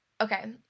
Okay